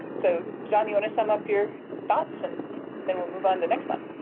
so, john, y'wanna sum up your thoughts? and then we'll move on to next month.